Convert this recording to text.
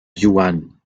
yuan